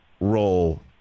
role